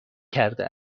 کرده